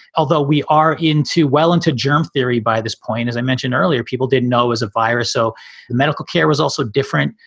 although we are into well into germ theory by this point, as i mentioned earlier, people didn't know as a virus. so the medical care was also different.